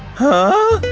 huh?